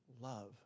love